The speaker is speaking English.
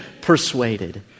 persuaded